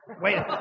Wait